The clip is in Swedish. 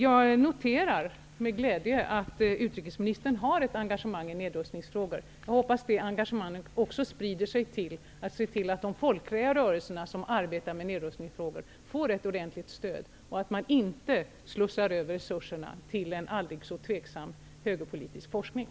Jag noterar med glädje att utrikesministern har ett engagemang i nedrustningsfrågor. Jag hoppas att det engagemanget sprider sig, så att utrikesministern också ser till att de folkliga rörelser som arbetar med nedrustningsfrågor får ett ordentligt stöd och att resurserna inte slussas över till en tveksam högerpolitisk forskning.